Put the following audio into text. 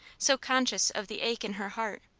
so conscious of the ache in her heart,